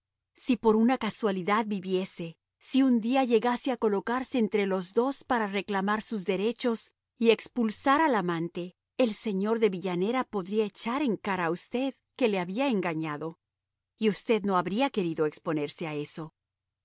si por una casualidad viviese si un día llegase a colocarse entre los dos para reclamar sus derechos y expulsar a la amante el señor de villanera podría echar en cara a usted que le había engañado y usted no habrá querido exponerse a eso